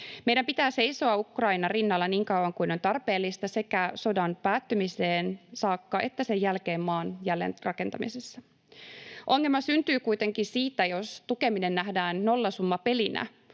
Meidän pitää seisoa Ukrainan rinnalla niin kauan kuin on tarpeellista sekä sodan päättymiseen saakka että sen jälkeen maan jälleenrakentamisessa. Ongelma syntyy kuitenkin siitä, jos tukeminen nähdään nollasummapelinä,